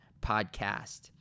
podcast